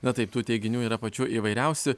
na taip tų teiginių yra pačių įvairiausių